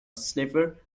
sniper